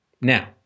Now